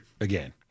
again